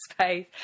space